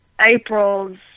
April's